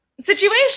Situation